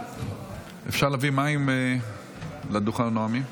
אפשר להביא מים לדוכן הנואמים?